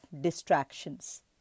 distractions